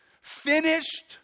finished